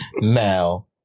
Now